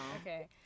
okay